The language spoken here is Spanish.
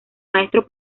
maestro